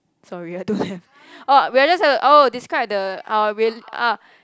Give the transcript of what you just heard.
sorry I don't have oh we are just to oh describe the uh uh